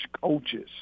coaches